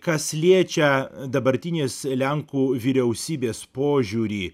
kas liečia dabartinės lenkų vyriausybės požiūrį